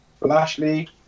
Lashley